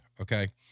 okay